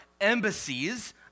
embassies